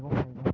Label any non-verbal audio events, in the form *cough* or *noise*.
*unintelligible*